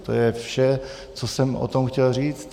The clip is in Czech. To je vše, co jsem o tom chtěl říct.